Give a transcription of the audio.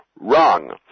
Wrong